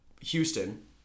Houston